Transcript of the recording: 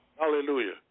hallelujah